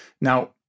Now